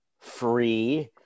free